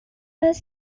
was